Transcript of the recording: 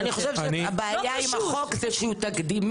אני חושבת שהבעיה עם החוק זה שהוא תקדימי,